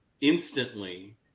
instantly